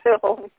film